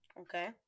Okay